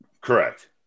Correct